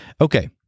Okay